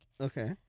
Okay